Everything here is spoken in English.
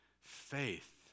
faith